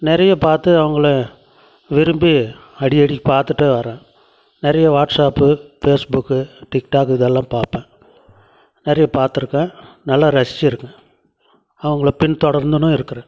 நிறைய பார்த்து அவங்கள விரும்பி அடிக்கடி பார்த்துட்டு வரேன் நிறையா வாட்ஸாப்பு ஃபேஸ்புக்கு டிக்டாக்கு இதெல்லாம் பார்ப்பேன் நிறைய பார்த்துருக்கேன் நல்லா ரசிச்சுருக்கேன் அவங்கள பின்தொடர்ந்துன்னும் இருக்கிறேன்